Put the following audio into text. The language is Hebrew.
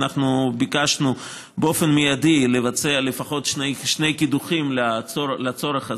ואנחנו ביקשנו באופן מיידי לבצע לפחות שני קידוחים לצורך הזה.